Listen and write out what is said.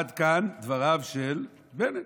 עד כאן דבריו של בנט.